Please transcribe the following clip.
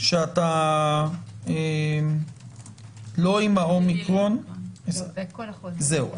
שאתה לא עם האומיקרון, זהו.